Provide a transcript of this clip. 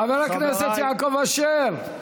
חבר הכנסת יעקב אשר.